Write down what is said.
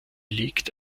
liegt